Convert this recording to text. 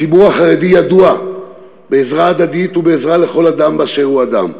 הציבור החרדי ידוע בעזרה הדדית ובעזרה לכל אדם באשר הוא אדם.